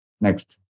Next